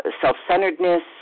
self-centeredness